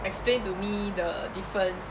explain to me the difference